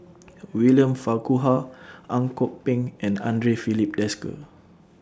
William Farquhar Ang Kok Peng and Andre Filipe Desker